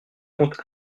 conte